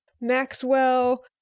Maxwell